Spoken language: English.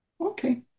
Okay